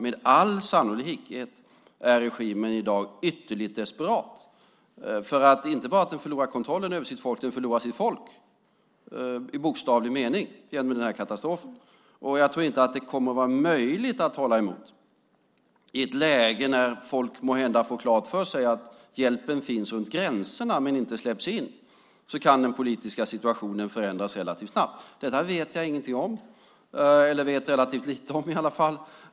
Med all sannolikhet är regimen i dag ytterligt desperat, inte bara därför att den förlorar kontrollen över sitt folk utan därför att den förlorar sitt folk i bokstavlig mening genom denna katastrof. Och jag tror inte att det kommer att vara möjligt att hålla emot i ett läge när folk måhända får klart för sig att hjälpen finns runt gränserna men inte släpps in. Då kan den politiska situationen förändras relativt snabbt. Detta vet jag ingenting om, eller i varje fall relativt lite.